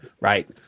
right